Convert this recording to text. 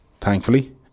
thankfully